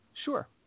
Sure